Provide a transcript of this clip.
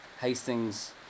Hastings